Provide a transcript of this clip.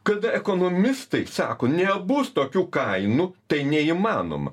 kada ekonomistai sako nebus tokių kainų tai neįmanoma